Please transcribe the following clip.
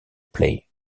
play